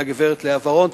הגברת לאה ורון.